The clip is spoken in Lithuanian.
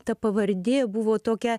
ta pavardė buvo tokia